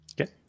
Okay